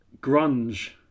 Grunge